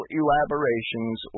elaborations